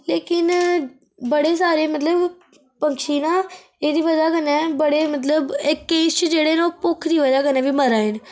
लेकिन बड़़े सारे मतलब पक्षी ना एह्दी वजह कन्नै बड़े मतलब एह् किश जेह्ड़े न भुक्ख दी बजह कन्नै बी मरा दे'न